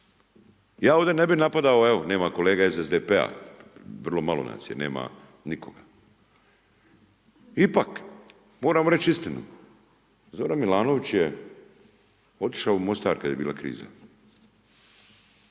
Ja ovdje ne bih napadao, evo nema kolega iz SDP-a, vrlo malo nas je nema nikoga. Ipak, moramo reći istinu, Zoran Milanović je otišao u Mostar kad je bila kriza.